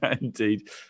Indeed